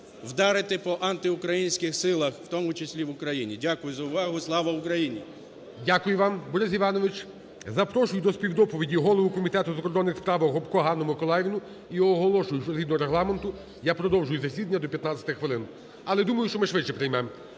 вдарити по антиукраїнських силах, в тому числі в Україні. Дякую за увагу. Слава Україні! ГОЛОВУЮЧИЙ. Дякую вам, Борис Іванович. Запрошую до співдоповіді голову Комітету у закордонних справах Гопко Ганну Миколаївну і оголошую, що згідно Регламенту я продовжую засідання до 15 хвилин, але думаю, що ми швидше приймемо.